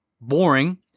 boring